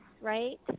right